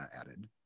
added